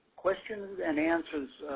questions and answers,